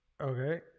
Okay